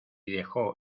dejó